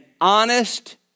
honest